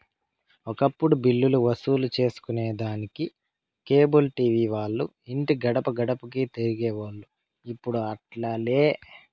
ఒకప్పుడు బిల్లులు వసూలు సేసుకొనేదానికి కేబుల్ టీవీ వాల్లు ఇంటి గడపగడపకీ తిరిగేవోల్లు, ఇప్పుడు అట్లాలే